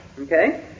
Okay